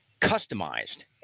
customized